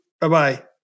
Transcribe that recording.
Bye-bye